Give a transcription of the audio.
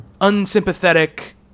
unsympathetic